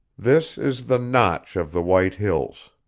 this is the notch of the white hills.